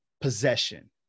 possession